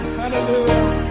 hallelujah